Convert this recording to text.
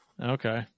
Okay